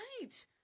right